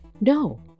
no